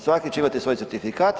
Svaki će imati svoj certifikat.